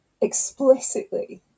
explicitly